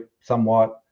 somewhat